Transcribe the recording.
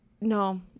no